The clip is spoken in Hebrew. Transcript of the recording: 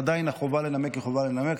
עדיין החובה לנמק היא חובה לנמק.